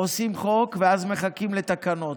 עושים חוק ואז מחכים לתקנות,